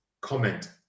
comment